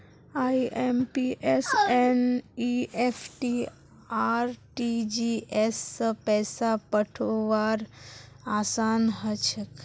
IMPS NEFT RTGS स पैसा पठऔव्वार असान हछेक